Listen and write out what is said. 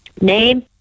name